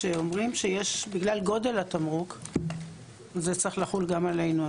בגלל גודל התמרוק זה צריך לחול גם עלינו.